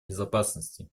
безопасности